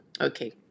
Okay